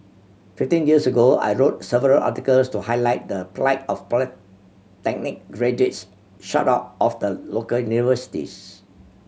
fifteen years ago I wrote several articles to highlight the plight of polytechnic graduates shut out of the local universities